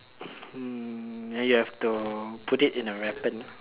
mm you have to put it in the weapon